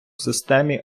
системі